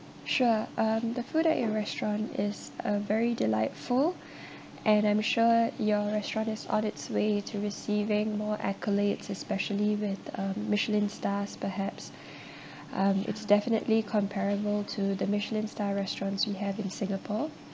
sure um the food at your restaurant is uh very delightful and I'm sure your restaurant is on its way to receiving more accolades especially with a michelin stars perhaps um it's definitely comparable to the michelin star restaurants we have in singapore